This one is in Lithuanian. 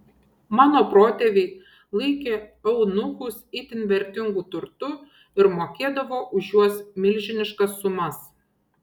mano protėviai laikė eunuchus itin vertingu turtu ir mokėdavo už juos milžiniškas sumas